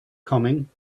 coming